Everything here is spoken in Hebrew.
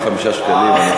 תמורת 75 שקלים,